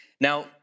Now